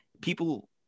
People